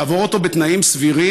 לעבור אותו בתנאים סבירים.